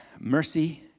Mercy